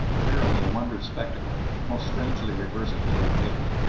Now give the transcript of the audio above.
verily a wondrous spectacle, most strangely reversing the old fable!